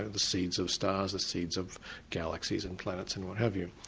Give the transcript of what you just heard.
ah the seeds of stars, the seeds of galaxies and planets and what have you.